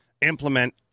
implement